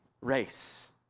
race